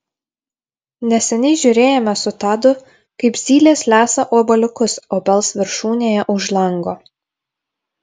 neseniai žiūrėjome su tadu kaip zylės lesa obuoliukus obels viršūnėje už lango